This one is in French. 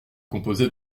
composait